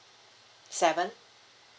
seven